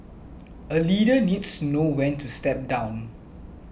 a leader needs to know when to step down